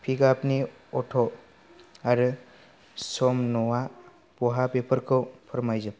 पिकआपनि act आरो सम न'आ बहा बेफोरखौ फोरमायजोब